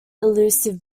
elusive